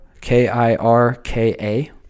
K-I-R-K-A